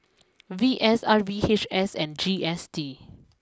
V S R V H S and G S T